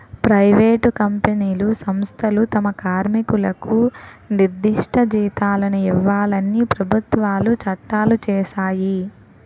private కంపెనీలు సంస్థలు తమ కార్మికులకు నిర్దిష్ట జీతాలను ఇవ్వాలని ప్రభుత్వాలు చట్టాలు చేశాయి